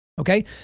Okay